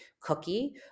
cookie